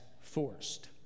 forced